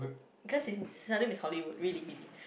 cause his surname is Hollywood really really